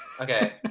okay